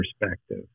perspective